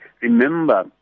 remember